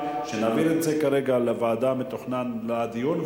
שנעביר את זה כרגע לוועדה המתוכננת לדיון,